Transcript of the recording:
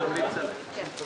הישיבה ננעלה בשעה